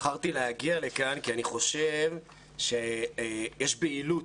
בחרתי להגיע לכאן כי אני חושב שיש פעילות